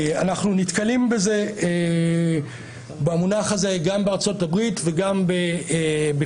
אנחנו נתקלים במונח הזה גם בארצות הברית וגם בקנדה,